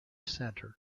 center